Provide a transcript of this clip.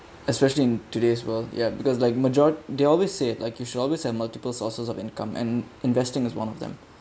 especially in today's world ya because like major~ they always say like you should always have multiple sources of income and investing as one of them